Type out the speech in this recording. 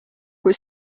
kui